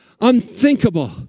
unthinkable